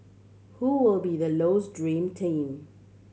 who will be the Low's dream team